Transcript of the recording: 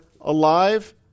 alive